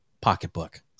pocketbook